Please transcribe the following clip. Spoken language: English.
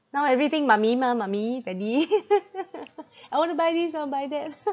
now everything mummy mah mummy daddy I want to buy this I want buy that